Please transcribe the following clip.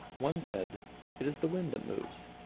one said it is the wind that moves,